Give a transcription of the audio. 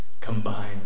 combined